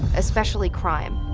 especially crime.